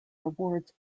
rewards